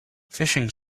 phishing